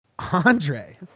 Andre